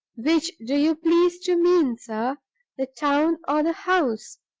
which do you please to mean, sir the town or the house?